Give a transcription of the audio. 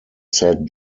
said